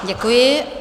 Děkuji.